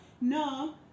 No